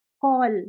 call